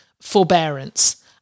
forbearance